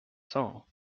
song